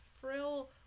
frill